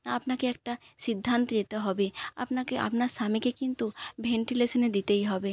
আপনাকে একটা সিদ্ধান্তে যেতে হবে আপনাকে আপনার স্বামীকে কিন্তু ভেন্টিলেশানে দিতেই হবে